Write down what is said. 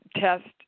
test